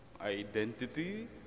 identity